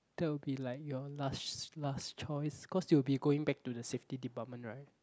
that will be like your last last choice cause you will be going back to the safety department right